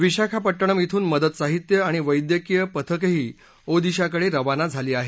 विशाखपट्टणम ब्रून मदत साहित्य आणि वैद्यकीय पथकंही ओदिशाकडे रवाना झाली आहेत